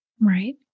Right